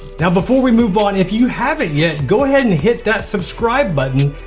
now before we move on, if you haven't yet, go ahead and hit that subscribe button.